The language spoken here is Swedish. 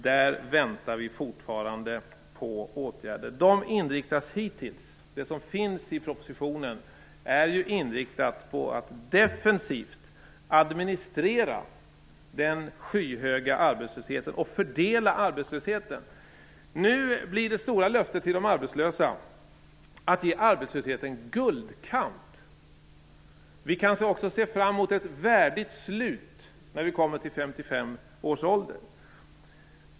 Där väntar vi fortfarande på åtgärder. Det som förslås i propositionen är inriktat på att defensivt administrera den skyhöga arbetslösheten och fördela arbetslösheten. Nu blir det stora löften till de arbetslösa att ge arbetslösheten guldkant. Vi kan också se fram emot ett värdigt slut när vi kommer fram till 55 års ålder.